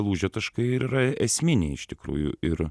lūžio taškai ir yra esminiai iš tikrųjų ir